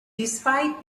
despite